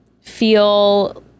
feel